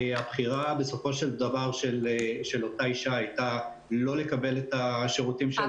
הבחירה בסופו של דבר אותה אישה הייתה לא לקבל את השירותים שלנו,